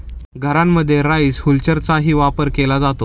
घरांमध्ये राईस हुलरचाही वापर केला जातो